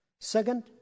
Second